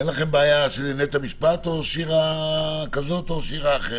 אין לכם בעיה שזה יהיה נט"ע משפט או שיר"ה כזאת או שיר"ה אחרת.